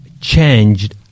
changed